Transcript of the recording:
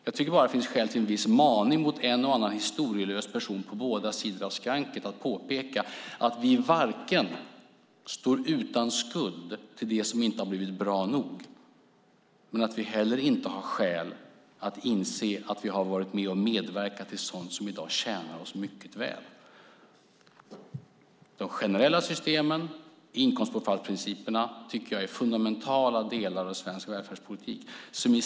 Det kan finnas anledning att påpeka för en och annan historielös person på båda sidor om skranket att vi varken står utan skuld till det som inte har blivit bra gjort eller har skäl att inse att vi har medverkat till sådant som i dag tjänar oss väl. De generella systemen, inkomstbortfallsprinciperna, tycker jag är fundamentala delar av svensk välfärdspolitik.